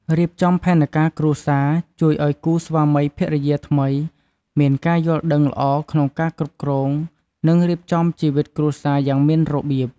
រៀបចំផែនការគ្រួសារ ជួយឲ្យគូស្វាមីភរិយាថ្មីមានការយល់ដឹងល្អក្នុងការគ្រប់គ្រង និងរៀបចំជីវិតគ្រួសារយ៉ាងមានរបៀប។